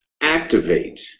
activate